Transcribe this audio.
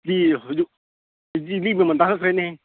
ꯂꯤ ꯍꯧꯖꯤꯛ ꯂꯤ ꯃꯃꯟ ꯇꯥꯡꯈꯠꯈ꯭ꯔꯦꯅꯦꯍꯦ